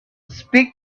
speak